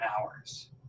hours